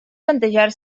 plantejar